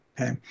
Okay